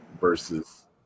versus